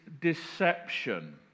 deception